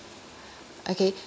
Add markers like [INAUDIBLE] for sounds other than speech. [BREATH] okay